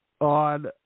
on –